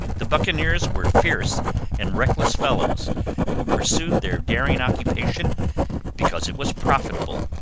the buccaneers were fierce and reckless fellows who pursued their daring occupation because it was profitable,